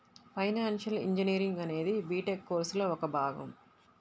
financial engineering అనేది BTech కోర్సులో ఒక భాగం